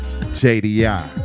JDI